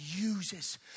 uses